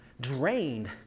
drained